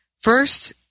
First